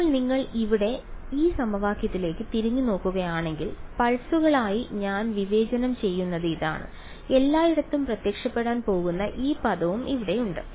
ഇപ്പോൾ നിങ്ങൾ ഇവിടെ ഈ സമവാക്യത്തിലേക്ക് തിരിഞ്ഞുനോക്കുകയാണെങ്കിൽ പൾസുകളായി ഞാൻ വിവേചനം ചെയ്യുന്നത് ഇതാണ് എല്ലായിടത്തും പ്രത്യക്ഷപ്പെടാൻ പോകുന്ന ഈ പദവും ഇവിടെയുണ്ട്